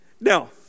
Now